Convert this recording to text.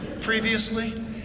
previously